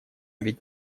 ведь